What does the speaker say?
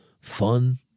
fun